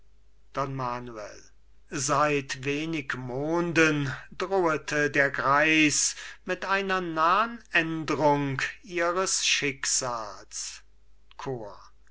manuel seit wenig monden drohete der greis mit einer nahen ändrung ihres schicksals chor